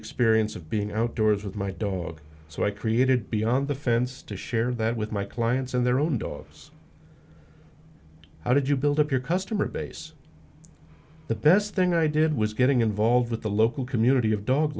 experience of being outdoors with my dog so i created beyond the fence to share that with my clients and their own dogs how did you build up your customer base the best thing i did was getting involved with the local community of dog